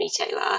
retailer